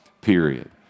period